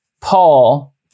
Paul